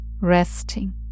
resting